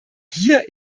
hier